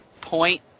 point